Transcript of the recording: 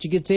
ಚಿಕಿತ್ಸೆ